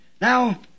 Now